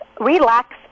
relax